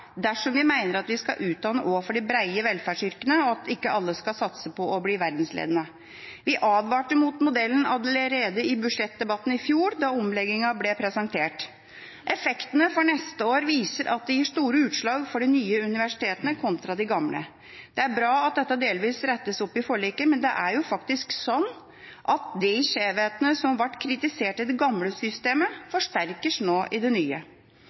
dersom vi mener at vi skal utdanne også for de brede velferdsyrkene, og at ikke alle skal satse på å bli verdensledende. Vi advarte mot modellen allerede i budsjettdebatten i fjor, da omleggingen ble presentert. Effektene for neste år viser at det gir store utslag for de nye universitetene kontra de gamle. Det er bra at dette delvis rettes opp i forliket, men det er jo faktisk slik at de skjevhetene som ble kritisert i det gamle systemet, nå forsterkes i det nye.